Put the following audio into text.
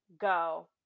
Go